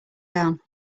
down